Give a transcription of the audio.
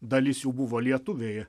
dalis jų buvo lietuviai